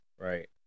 Right